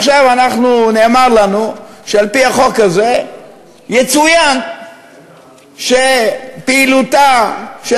עכשיו נאמר לנו שעל-פי החוק הזה יצוין שפעילותה של